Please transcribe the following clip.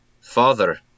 father